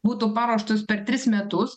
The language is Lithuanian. būtų paruoštos per tris metus